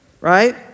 right